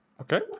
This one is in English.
Okay